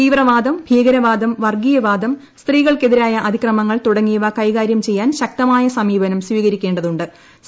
തീവ്രവാദം ഭീകരവാദം വർഗ്ഗീയവാദം സ്ത്രീകൾക്കെതിരായ അതിക്രമങ്ങൾ തുടങ്ങിയവ കൈകാര്യം ചെയ്യാൻ ശക്തമായ സമീപനം സ്വീകരിക്കേ തു ്